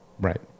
Right